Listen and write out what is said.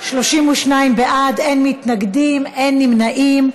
32 בעד, אין מתנגדים, אין נמנעים.